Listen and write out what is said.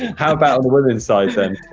how about on the women's side then?